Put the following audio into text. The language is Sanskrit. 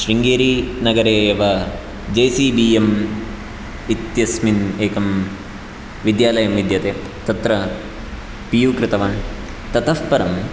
शृङ्गेरिनगरे एव जे सि बि एम् इत्यस्मिन् एकं विद्यालयं विद्यते तत्र पियु कृतवान् ततः परं